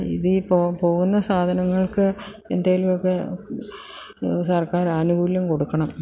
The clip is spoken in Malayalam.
ഇത് ഈ പോകുന്ന സാധനങ്ങൾക്ക് എന്തെങ്കിലുമൊക്കെ സർക്കാർ ആനുകൂല്യം കൊടുക്കണം